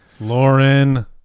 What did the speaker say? Lauren